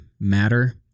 matter